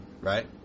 right